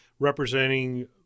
representing